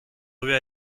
rues